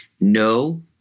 no